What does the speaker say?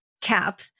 cap